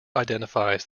identifies